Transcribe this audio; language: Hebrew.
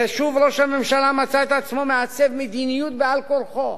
ושוב ראש הממשלה מצא את עצמו מעצב מדיניות בעל כורחו.